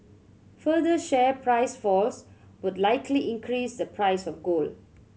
further share price falls would likely increase the price of gold